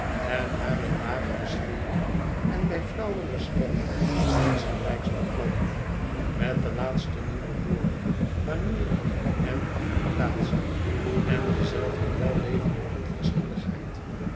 en haar in lagere sfeeren en bij flauwere sterren insgelijks bekladden met de laatste nieuwe woorden manieren en affectatiën en dezelfde wellevende onverschilligheid